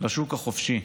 לשוק החופשי.